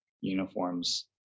uniforms